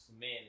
man